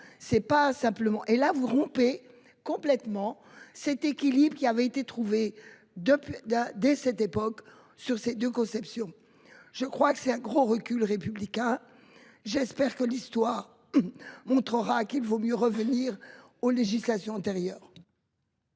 et là vous rompez complètement cet équilibre qui avait été trouvé de plus d'un. Dès cette époque sur ces 2 conceptions, je crois que c'est un gros recul républicain. J'espère que l'histoire. Montrera qu'il vaut mieux revenir aux législations antérieures.